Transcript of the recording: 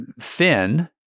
thin